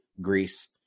Greece